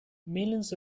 millions